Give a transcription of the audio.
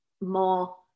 more